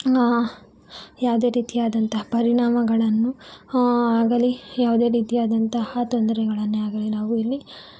ಯಾವುದೇ ರೀತಿ ಆದಂತಹ ಪರಿಣಾಮಗಳನ್ನು ಆಗಲಿ ಯಾವುದೇ ರೀತಿ ಆದಂತಹ ತೊಂದರೆಗಳನ್ನೇ ಆಗಲಿ ನಾವು ಇಲ್ಲಿ